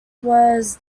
was